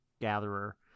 gatherer